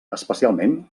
especialment